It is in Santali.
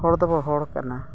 ᱦᱚᱲ ᱫᱚᱵᱚ ᱦᱚᱲ ᱠᱟᱱᱟ